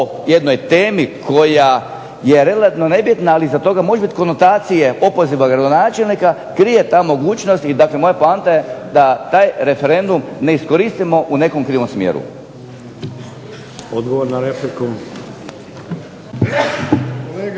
jednoj temi koja je relativno nebitna ali ... konotacije opoziva gradonačelnika krije ta mogućnost, dakle, moja poanta je da taj referendum ne iskoristimo u nekom krivom smjeru. **Šeks,